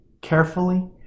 carefully